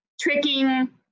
tricking